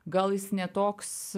gal jis ne toks